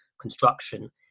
construction